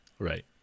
Right